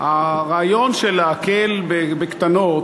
הרעיון של להקל בקטנות,